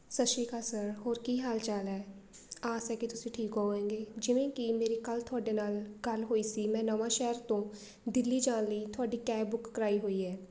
ਸਤਿ ਸ਼੍ਰੀ ਅਕਾਲ ਸਰ ਹੋਰ ਕੀ ਹਾਲ ਚਾਲ ਹੈ ਆਸ ਹੈ ਕਿ ਤੁਸੀਂ ਠੀਕ ਹੋਵੋਗੇ ਜਿਵੇਂ ਕਿ ਮੇਰੀ ਕੱਲ੍ਹ ਤੁਹਾਡੇ ਨਾਲ ਗੱਲ ਹੋਈ ਸੀ ਮੈਂ ਨਵਾਂ ਸ਼ਹਿਰ ਤੋਂ ਦਿੱਲੀ ਜਾਣ ਲਈ ਤੁਹਾਡੀ ਕੈਬ ਬੁੱਕ ਕਰਾਈ ਹੋਈ ਹੈ